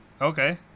okay